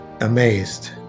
amazed